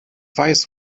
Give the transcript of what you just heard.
weiß